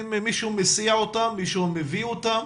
מישהו מסיע אותם, מישהו מביא אותם,